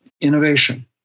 innovation